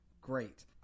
Great